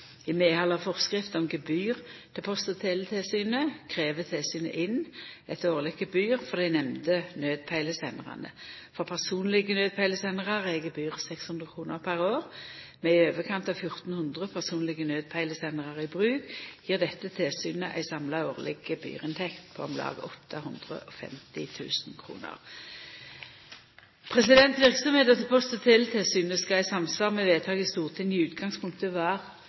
I medhald av forskrift om gebyr til Post- og teletilsynet krev tilsynet inn eit årleg gebyr for dei nemnde naudpeilesendarane. For personlege naudpeilesendarar er gebyret 600 kr per år. Med i overkant av 1 400 personlege naudpeilesendarar i bruk gjev dette tilsynet ei samla årleg gebyrinntekt på om lag 850 000 kr. Verksemda til Post- og teletilsynet skal i samsvar med vedtak i Stortinget i utgangspunktet